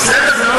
בסדר, זה לא